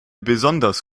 besonders